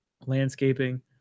landscaping